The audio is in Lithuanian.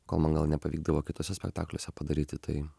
ko man gal nepavykdavo kituose spektakliuose padaryti tai